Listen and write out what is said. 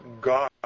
God